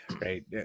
right